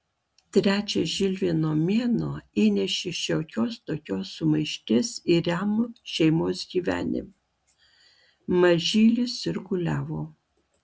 trečias žilvino mėnuo įnešė šiokios tokios sumaišties į ramų šeimos gyvenimą mažylis sirguliavo